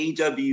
aw